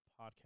podcast